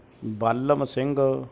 Balam Singh